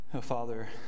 Father